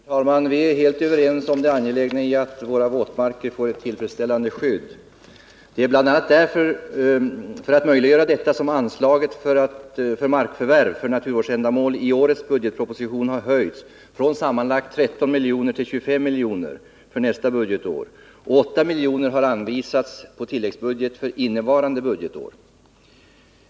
Herr talman! Vi är helt överens om det angelägna i att våra våtmarker får ett tillfredsställande skydd. Det är bl.a. för att möjliggöra detta som anslaget till markförvärv för naturvårdsändamål i årets budgetproposition har höjts från sammanlagt 13 milj.kr. till 25 milj.kr. 8 milj.kr. har anvisats på tilläggsbudget för innevarande budgetår.